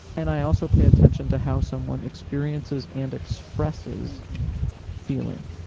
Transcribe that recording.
and i also pay attention to how someone experiences and expresses feeling.